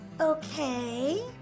Okay